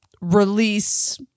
release